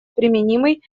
применимый